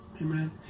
Amen